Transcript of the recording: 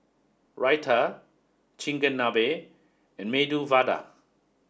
Raita Chigenabe and Medu Vada